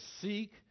seek